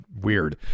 weird